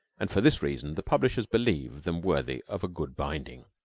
and for this reason the publishers believe them worthy of a good binding.